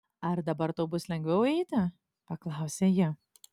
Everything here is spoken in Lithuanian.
ar dabar tau bus lengviau eiti paklausė ji